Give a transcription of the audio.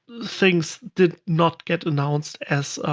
things did not get announced as